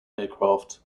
aircraft